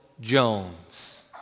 Jones